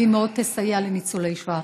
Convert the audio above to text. והיא מאוד תסייע לניצולי שואה.